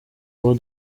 ubu